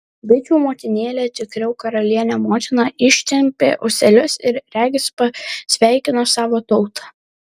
bičių motinėlė tikriau karalienė motina ištempia ūselius ir regis pasveikina savo tautą